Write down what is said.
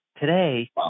today